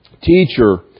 Teacher